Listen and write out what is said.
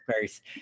first